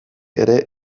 ere